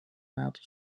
metų